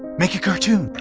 make a cartoon.